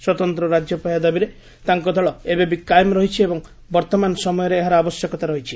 ସ୍ୱତନ୍ତ ରାଜ୍ୟପାହ୍ୟା ଦାବିରେ ତାଙ୍କ ଦଳ ଏବେବି କାଏମ୍ ରହିଛି ଏବଂ ବର୍ତ୍ତମାନ ସମୟରେ ଏହାର ଆବଶ୍ୟକତା ରହିଛି